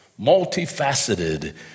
multifaceted